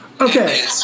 Okay